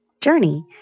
journey